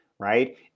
right